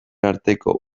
arteko